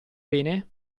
bene